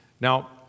Now